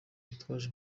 bitwaje